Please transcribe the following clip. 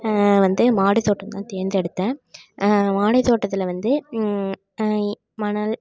வந்து மாடித் தோட்டம் தான் தேர்ந்தெடுத்தேன் மாடித் தோட்டத்தில் வந்து மணல்